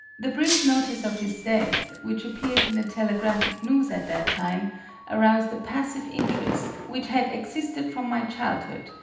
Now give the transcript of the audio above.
the brief notice of his death which appeared in the telegraphic news at that time aroused a passive interest which had existed from my childhood,